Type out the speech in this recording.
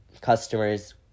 customers